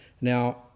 Now